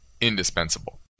indispensable